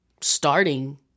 starting